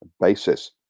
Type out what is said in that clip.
basis